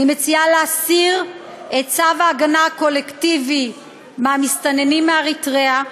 אני מציעה להסיר את צו ההגנה הקולקטיבי מהמסתננים מאריתריאה,